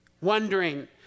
wondering